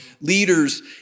Leaders